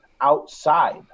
outside